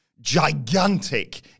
gigantic